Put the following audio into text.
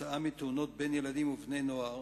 עקב תאונות בקרב ילדים ובני-נוער,